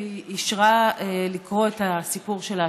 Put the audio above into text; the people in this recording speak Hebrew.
והיא אישרה לקרוא את הסיפור שלה,